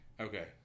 Okay